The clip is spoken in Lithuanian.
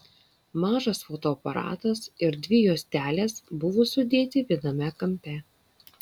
mažas fotoaparatas ir dvi juostelės buvo sudėti viename kampe